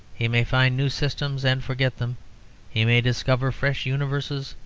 he may find new systems, and forget them he may discover fresh universes,